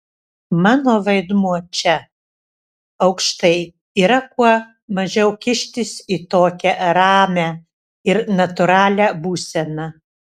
mano vaidmuo čia aukštai yra kuo mažiau kištis į tokią ramią ir natūralią būseną